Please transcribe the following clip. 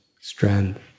strength